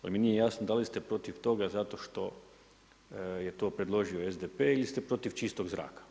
Ali mi nije jasno da li ste protiv toga zato što je to predložio SDP ili ste protiv čistog zraka?